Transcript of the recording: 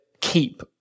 keep